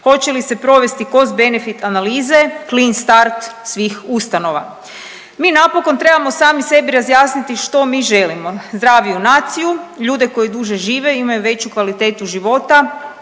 hoće li se provesti cost-benefit analize, klin start svih ustanova. Mi napokon trebamo sami sebi razjasniti što mi želimo, zdraviju naciju, ljude koji duže žive i imaju veću kvalitetu života,